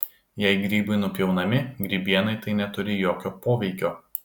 jei grybai nupjaunami grybienai tai neturi jokio poveikio